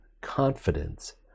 confidence